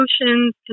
emotions